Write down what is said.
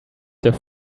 their